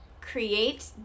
create